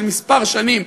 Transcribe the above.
של כמה שנים,